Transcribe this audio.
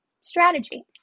strategy